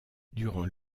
durant